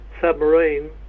submarine